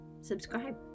subscribe